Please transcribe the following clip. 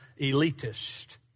elitist